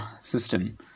system